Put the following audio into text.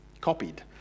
copied